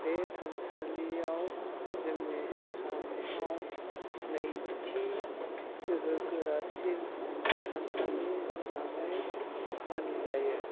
बे थानसालियाव जोंनि आसामआव नैथि गोहो गोरासिन थानसालि होननानै मानिजायो